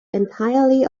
entirely